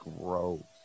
growth